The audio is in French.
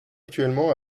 actuellement